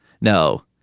No